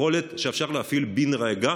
יכולת שאפשר להפעיל בן רגע,